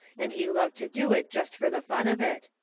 and he loved to do it jest fur the fun of it.